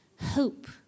hope